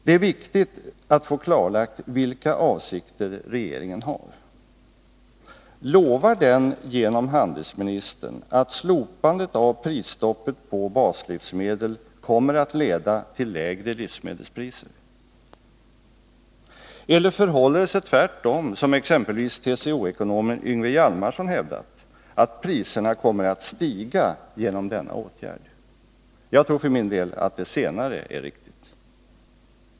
Det är viktigt att få klarlagt vilka avsikter regeringen har. Lovar den genom handelsministern att slopandet av prisstoppet på baslivsmedel kommer att leda till lägre livsmedelspriser? Eller förhåller det sig tvärtom så, som exempelvis TCO-ekonomen Yngve Hjalmarson hävdar, att priserna kommer att stiga genom denna åtgärd? Jag tror för min del att det senare är riktigt.